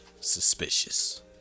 Suspicious